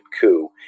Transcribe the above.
coup